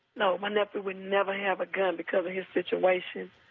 no, my nephew would never have a gun because of his situation.